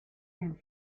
and